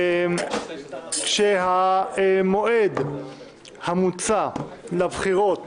כשהמועד המוצע לבחירות